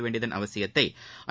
வேண்டியதன் அவசியத்தை ஐ